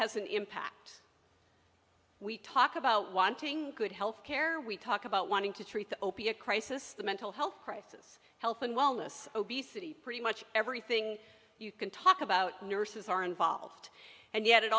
has an impact we talk about wanting good health care we talk about wanting to treat the opiate crisis the mental health crisis health and wellness obesity pretty much everything you can talk about nurses are involved and yet it